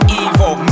evil